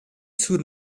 zur